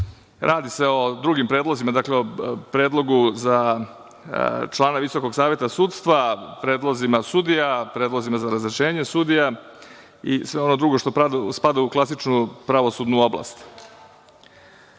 Radi se o drugim predlozima, predlogu za članove VSS, predlozima sudija, predlozima za razrešenje sudija i sve ono drugo, što spada u klasičnu pravosudnu oblast. Ono